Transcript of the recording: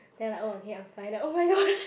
then like oh okay I'm fine like oh-my-gosh